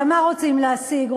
הרי מה רוצים להשיג?